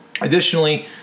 Additionally